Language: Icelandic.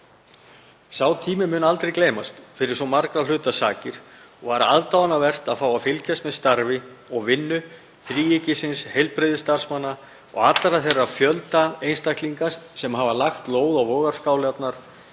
Sá tími mun aldrei gleymast fyrir svo margra hluta sakir og var aðdáunarvert að fá að fylgjast með starfi og vinnu þríeykisins, heilbrigðisstarfsmanna og allra þeirra fjölda einstaklinga sem hafa lagt lóð á vogarskálarnar